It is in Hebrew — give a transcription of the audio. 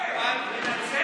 אבל הוא מנצל את זה.